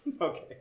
Okay